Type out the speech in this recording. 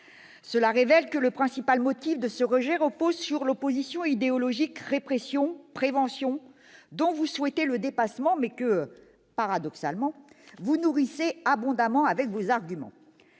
Cela révèle une chose : le principal motif de votre rejet repose sur l'opposition idéologique répression-prévention, dont vous souhaitez le dépassement, mais que, paradoxalement, vous nourrissez abondamment avec vos arguments.